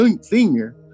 senior